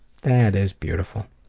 that is beautiful.